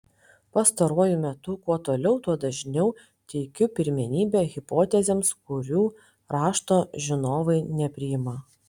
pastaruoju metu kuo toliau tuo dažniau teikiu pirmenybę hipotezėms kurių rašto žinovai nepriima